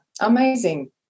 amazing